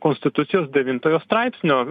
konstitucijos devintojo straipsnio